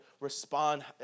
respond